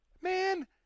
Man